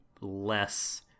less